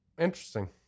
Interesting